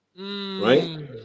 right